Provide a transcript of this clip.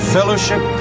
Fellowship